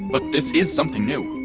but this is something new.